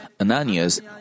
Ananias